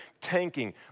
tanking